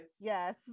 yes